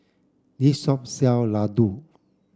this shop sell Ladoo